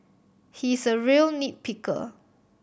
he is a real nit picker